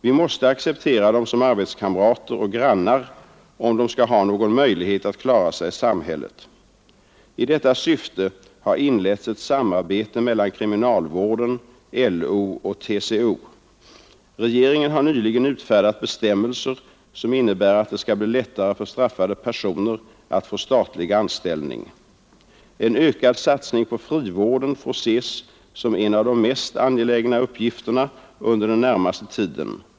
Vi måste acceptera dem som arbetskamrater och grannar, om de skall ha någon möjlighet att klara sig i samhället. I detta syfte har inletts ett samarbete mellan kriminalvården, LO och TCO. Regeringen har nyligen utfärdat bestämmelser som innebär att det skall bli lättare för straffade personer att få statlig anställning. En ökad satsning på frivården får ses som en av de mest angelägna uppgifterna under den närmaste tiden.